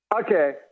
Okay